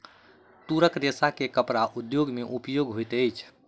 तूरक रेशा के कपड़ा उद्योग में उपयोग होइत अछि